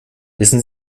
wissen